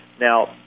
Now